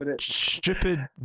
stupid